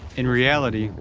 in reality,